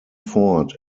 fort